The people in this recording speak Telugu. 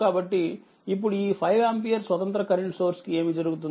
కాబట్టి ఇప్పుడు ఈ 5 ఆంపియర్ స్వతంత్ర కరెంట్ సోర్స్ కి ఏమి జరుగుతుంది